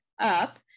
Up